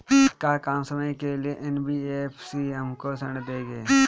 का कम समय के लिए एन.बी.एफ.सी हमको ऋण देगा?